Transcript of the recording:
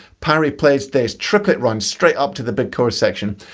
parry plays this triplet run straight up to the big chorus section.